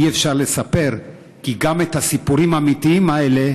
אי-אפשר לספר, גם כי את הסיפורים האמיתיים האלה